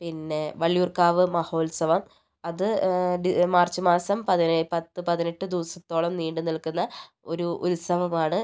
പിന്നെ വള്ളിയൂർക്കാവ് മഹോത്സവം അത് ഡി മാർച്ച് മാസം പതിനേ പത്ത് പതിനെട്ട് ദിവസത്തോളം നീണ്ടുനിൽക്കുന്ന ഒരു ഉത്സവമാണ്